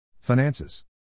Finances